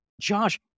Josh